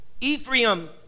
Ephraim